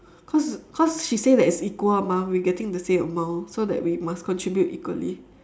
cause cause she say that it's equal amount we getting the same amount so that we must contribute equally